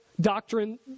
doctrine